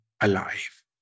alive